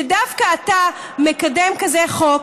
שדווקא אתה מקדם כזה חוק,